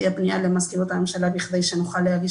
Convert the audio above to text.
תהיה פנייה למזכירות הממשלה בכדי להגיש